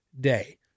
day